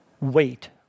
wait